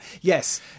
yes